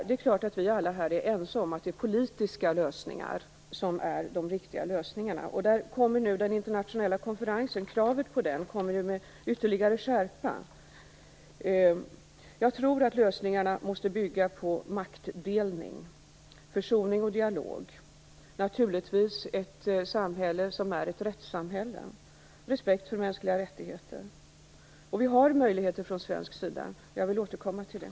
Det är klart att vi alla här är ense om att det är politiska lösningar som är de riktiga. Kravet på en internationell konferens kommer nu med ytterligare skärpa. Jag tror att lösningarna måste bygga på maktdelning, försoning, dialog, respekt för mänskliga rättigheter och naturligtvis på ett rättssamhälle. Vi har från svensk sida möjligheter, och jag vill återkomma till det.